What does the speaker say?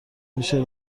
میشه